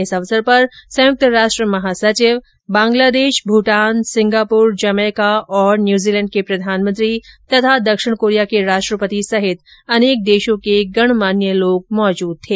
इस अवसर पर संयुक्त राष्ट्र महासचिव बंगलादेश भूटान सिंगापुर जमैका और न्यूजीलैंड के प्रधानमंत्री तथा दक्षिण कोरिया के राष्ट्रपति सहित अनेक देशों के गणमान्य लोग मौजूद थे